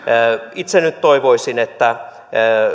itse nyt toivoisin että